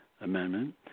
Amendment